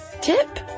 tip